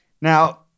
Now